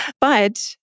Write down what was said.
But-